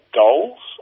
goals